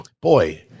boy